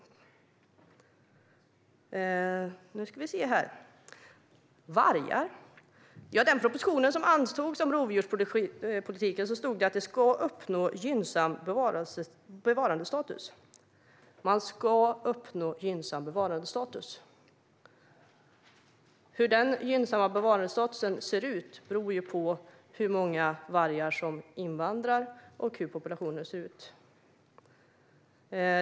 Den andra frågan handlade om vargar. I den proposition som antogs om rovdjurspolitiken stod att stammen ska uppnå gynnsam bevarandestatus. Hur den gynnsamma bevarandestatusen ser ut beror på hur många vargar som invandrar och hur populationen ser ut.